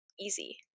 easy